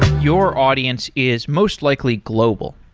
your audience is most likely global.